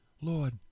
Lord